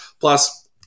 plus